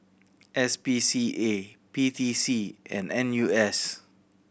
S P C A P T C and N U S